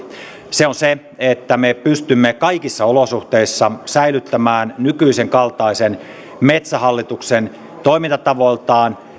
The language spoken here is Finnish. se on se että me pystymme kaikissa olosuhteissa säilyttämään nykyisen kaltaisen metsähallituksen toimintatavoiltaan